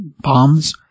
bombs